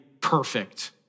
perfect